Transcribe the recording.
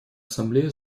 ассамблея